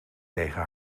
tegen